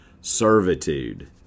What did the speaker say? servitude